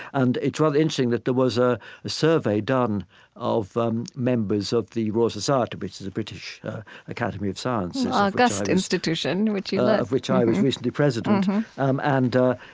and it's rather interesting that there was a survey done of um members of the royal society, which is a british academy of science august institution, which you led of which i was recently president um and, ah,